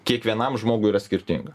kiekvienam žmogui yra skirtinga